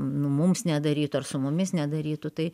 nu mums nedarytų ar su mumis nedarytų tai